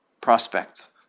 prospects